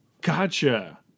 Gotcha